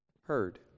heard